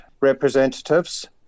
representatives